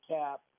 cap